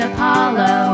Apollo